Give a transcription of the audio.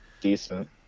Decent